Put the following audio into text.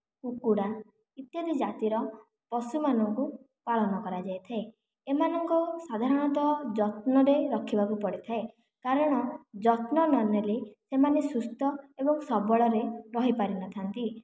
କୁକୁଡ଼ା ଇତ୍ୟାଦି ଜାତିର ପଶୁମାନଙ୍କୁ ପାଳନ କରାଯାଇଥାଏ ଏମାନଙ୍କୁ ସାଧାରଣତଃ ଯତ୍ନରେ ରଖିବାକୁ ପଡିଥାଏ କାରଣ ଯତ୍ନ ନ ନେଲେ ଏମାନେ ସୁସ୍ଥ ଏବଂ ସବଳରେ ରହିପାରିନଥାନ୍ତି